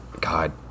God